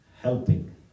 helping